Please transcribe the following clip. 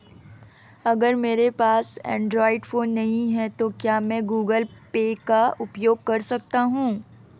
अगर मेरे पास एंड्रॉइड फोन नहीं है तो क्या मैं गूगल पे का उपयोग कर सकता हूं?